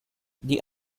die